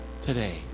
today